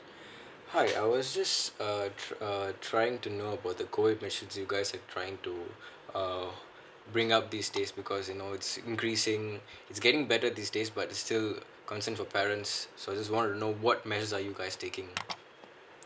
hi I was just uh uh trying to know about the COVID measure you guys are trying to uh bring up this day because you know it's increasing it's getting better these days but still concern for parents so I just want to know what measures are you guys taking